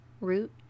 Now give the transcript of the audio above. root